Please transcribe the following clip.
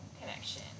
connection